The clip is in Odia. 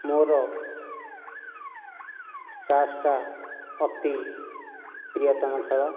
ମୋର ତାସ୍ ଟା ଅତି ପ୍ରିୟତମ ଖେଳ